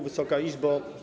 Wysoka Izbo!